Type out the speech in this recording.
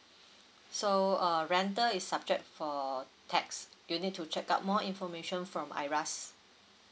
so uh rental is subject for tax you need to check out more information from I_R_A_S